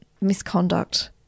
misconduct